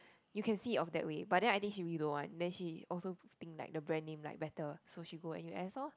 you can see it of that way but then I think she really don't want then she also think like the brand name like better so she go n_u_s lor